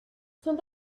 son